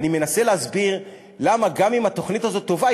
אני מנסה להסביר למה גם אם התוכנית הזאת טובה,